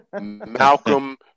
Malcolm